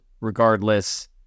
regardless